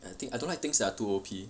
I think I don't like things that are too O_P